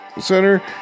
Center